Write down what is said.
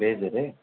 veg अरे